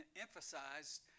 emphasized